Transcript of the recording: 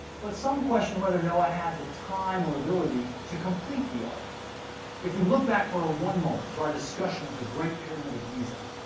but some question whether noah had the time or ability to complete the ark if we look back for ah one moment to our discussion of the great pyramid of giza,